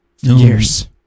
Years